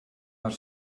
haar